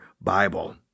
Bible